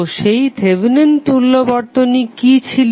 তো সেই থেভেনিন তুল্য বর্তনী কি ছিল